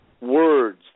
words